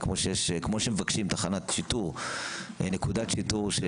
כמו שמבקשים תחנת שיטור, נקודת שיטור.